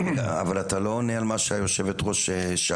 אבל אתה לא עונה על מה שהיושבת-ראש שאלה.